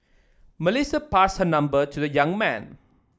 Melissa passed her number to the young man